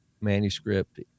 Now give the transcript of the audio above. manuscript